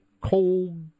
cold